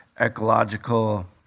ecological